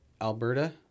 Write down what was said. Alberta